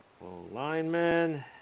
Lineman